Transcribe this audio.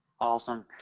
awesome